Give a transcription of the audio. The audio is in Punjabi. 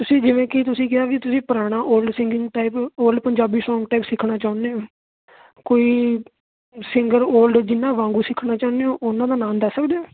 ਤੁਸੀਂ ਜਿਵੇਂ ਕਿ ਤੁਸੀਂ ਕਿਹਾ ਵੀ ਤੁਸੀਂ ਪੁਰਾਣਾ old singing type old Punjabi song type ਸਿੱਖਣਾ ਚਾਹੁੰਦੇ ਹੋ ਕੋਈ ਸਿੰਗਰ ਓਲਡ ਜਿੰਨਾ ਵਾਂਗੂੰ ਸਿੱਖਣਾ ਚਾਹੁੰਦੇ ਹੋ ਉਹਨਾਂ ਦਾ ਨਾਮ ਦੱਸ ਸਕਦੇ ਹੋ